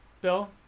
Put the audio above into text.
Bill